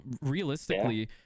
realistically